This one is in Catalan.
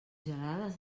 gelades